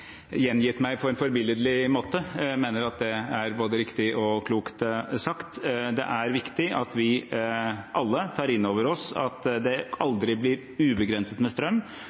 gjengitt meg på en forbilledlig måte. Jeg mener at det er både riktig og klokt sagt. Det er viktig at vi alle tar inn over oss at det aldri blir ubegrenset med strøm,